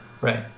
Right